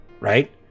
Right